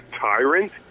tyrant